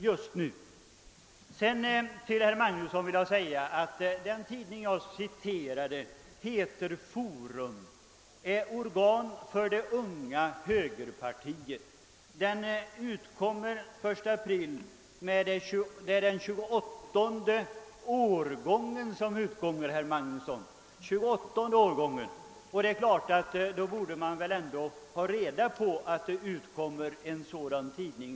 Till herr Magnusson i Borås vill jag säga att den tidning jag citerade heter Forum för det unga Högerpartiet. Den utkommer i år med sin tjugoåttonde årgång, och därför tycker jag herr Magnusson borde veta att den finns.